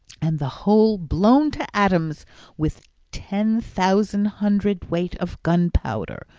and the whole blown to atoms with ten thousand hundredweight of gunpowder,